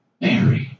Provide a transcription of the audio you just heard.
Mary